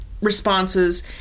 responses